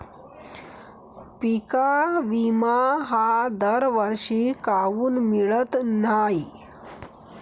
पिका विमा हा दरवर्षी काऊन मिळत न्हाई?